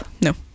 No